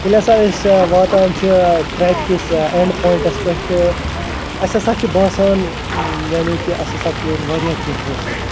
ییٚلہِ ہسا أسۍ واتان چھِ ٹرٛٮ۪ک کِس اٮ۪نٛڈ پایِنٛٹَس پٮ۪ٹھ تہٕ اَسہِ ہسا چھِ باسان یعنی کہِ اَسہِ ہسا کوٚر واریاہ کیٚنٛہہ حٲصِل